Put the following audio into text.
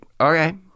okay